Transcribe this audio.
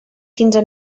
quinze